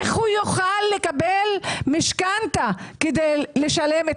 איך הוא יוכל לקבל משכנתה כדי לשלם את